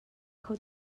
kho